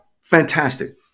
Fantastic